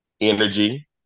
Energy